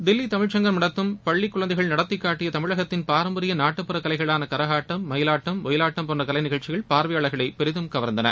தில்லி தமிழ்சங்கம் நடத்தும் பள்ளி குழந்தைகள் நடத்தி காட்டிய தமிழகத்தின் பாரம்பரிய நாட்டுப்புற கலைகளான கரகாட்டம் மயிலாட்டம் ஒயிலாட்டம் போன்ற கலை நிகழ்ச்சிகள் பார்வையாளர்களை பெரிதும் கவர்ந்தன